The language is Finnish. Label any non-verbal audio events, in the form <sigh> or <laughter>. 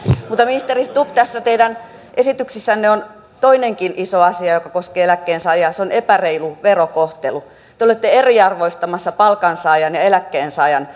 ministeri stubb tässä teidän esityksessänne on toinenkin iso asia joka koskee eläkkeensaajia epäreilu verokohtelu te te olette eriarvoistamassa palkansaajan ja eläkkeensaajan <unintelligible>